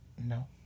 No